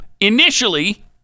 initially